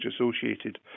associated